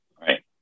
Right